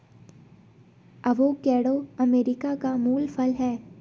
avocado America का मूल फल है